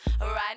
Right